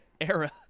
era